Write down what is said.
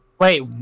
Wait